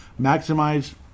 maximize